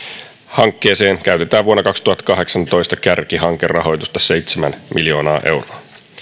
hankkeeseen käytetään vuonna kaksituhattakahdeksantoista kärkihankerahoitusta seitsemän miljoonaa euroa